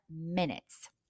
minutes